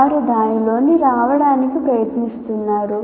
వారు దానిలోకి రావడానికి ప్రయత్నిస్తున్నారు